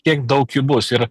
kiek daug jų bus ir